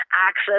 access